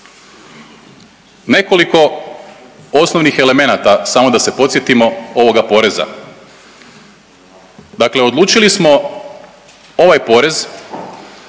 Nekoliko osnovnih elemenata, samo da se podsjetimo, ovoga poreza. Dakle odlučili smo ovaj porez